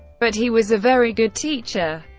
but he was a very good teacher.